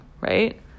right